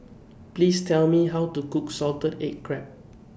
Please Tell Me How to Cook Salted Egg Crab